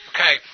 Okay